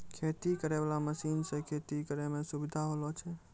खेती करै वाला मशीन से खेती करै मे सुबिधा होलो छै